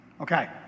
Okay